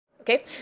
Okay